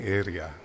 area